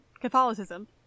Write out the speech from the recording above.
Catholicism